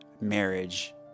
marriage